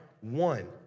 one